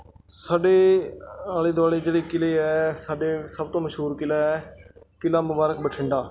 ਸਾਡੇ ਆਲੇ ਦੁਆਲੇ ਜਿਹੜੇ ਕਿਲ੍ਹੇ ਹੈ ਸਾਡੇ ਸਭ ਤੋਂ ਮਸ਼ਹੂਰ ਕਿਲ੍ਹਾ ਹੈ ਕਿਲ੍ਹਾ ਮੁਬਾਰਕ ਬਠਿੰਡਾ